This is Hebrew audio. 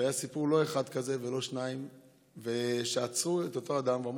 והיה לא סיפור אחד כזה ולא שניים שעצרו